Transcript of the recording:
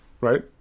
Right